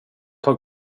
tag